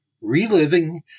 Reliving